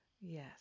yes